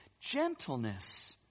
gentleness